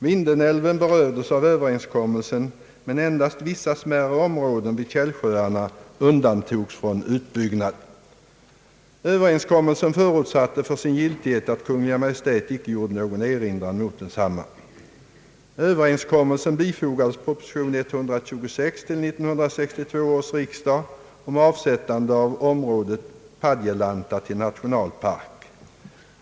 Vindelälven berördes av överenskommelsen, men endast vissa smärre områden vid källsjöarna undantogs från utbyggnad. Överenskommelsen förutsatte för sin giltighet att Kungl. Maj:t icke gjorde någon erinran. Uppgörelsen bifogades proposition nr 126 till 1962 års riksdag om avsättande av området Padjelanta till nationalpark.